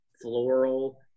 floral